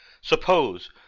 Suppose